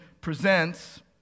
presents